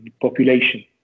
population